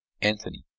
anthony